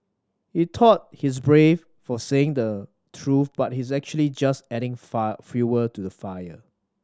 he thought he's brave for saying the truth but he's actually just adding far fuel to the fire